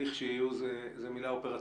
כאשר יהיו, זאת מילה אופרטיבית.